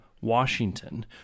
Washington